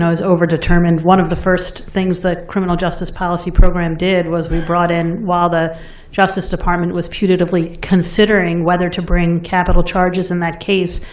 is overdetermined. one of the first things the criminal justice policy program did was we brought in, while the justice department was putatively considering whether to bring capital charges in that case,